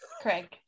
craig